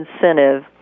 incentive